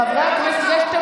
חבר הכנסת,